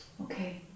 Okay